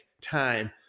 time